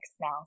now